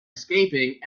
escaping